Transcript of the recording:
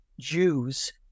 Jews